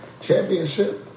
Championship